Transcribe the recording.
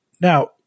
now